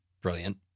brilliant